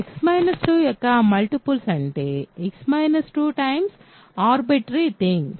x 2 యొక్క multiples అంటే arbitrary thing